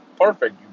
perfect